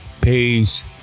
Peace